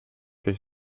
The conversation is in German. durch